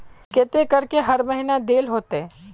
केते करके हर महीना देल होते?